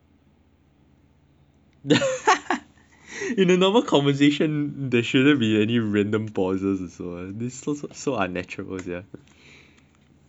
in a normal conversation there shouldn't be any random pauses also that's why this feels so unnatural sia